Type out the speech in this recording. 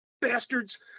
bastards